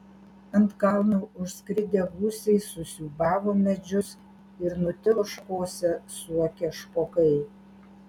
ant kalno užskridę gūsiai susiūbavo medžius ir nutilo šakose suokę špokai